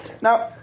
Now